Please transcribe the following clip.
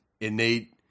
innate